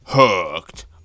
Hooked